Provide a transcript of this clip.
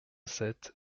sept